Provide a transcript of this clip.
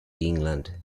england